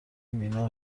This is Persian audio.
مینا